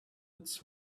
its